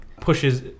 pushes